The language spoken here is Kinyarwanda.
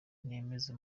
nimeza